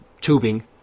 tubing